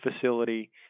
facility